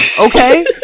Okay